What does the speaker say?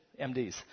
MDs